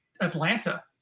Atlanta